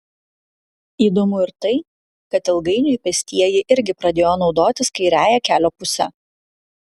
įdomu ir tai kad ilgainiui pėstieji irgi pradėjo naudotis kairiąja kelio puse